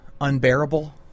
Unbearable